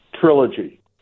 trilogy